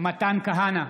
מתן כהנא,